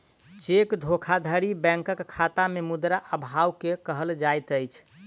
cheque धोखाधड़ी बैंकक खाता में मुद्रा अभाव के कहल जाइत अछि